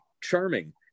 charming